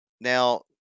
now